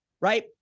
right